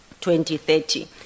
2030